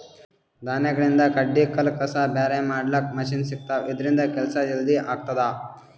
ಧಾನ್ಯಗಳಿಂದ್ ಕಡ್ಡಿ ಕಲ್ಲ್ ಕಸ ಬ್ಯಾರೆ ಮಾಡ್ಲಕ್ಕ್ ಮಷಿನ್ ಸಿಗ್ತವಾ ಇದ್ರಿಂದ್ ಕೆಲ್ಸಾ ಜಲ್ದಿ ಆಗ್ತದಾ